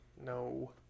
No